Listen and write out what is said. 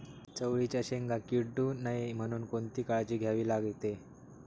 चवळीच्या शेंगा किडू नये म्हणून कोणती काळजी घ्यावी लागते?